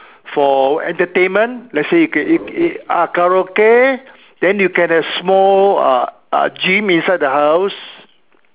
for entertainment let's say ah karaoke then you can have small uh gym inside the house